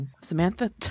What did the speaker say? Samantha